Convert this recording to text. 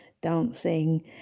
dancing